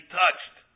touched